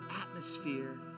atmosphere